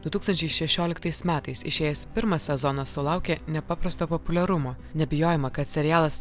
du tūkstančiai šešioliktais metais išėjęs pirmas sezonas sulaukė nepaprasto populiarumo neabejojama kad serialas